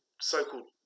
so-called